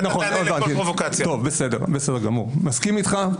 מסכים איתך.